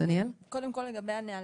קודם כול, לגבי הנהלים.